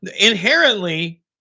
inherently